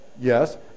Yes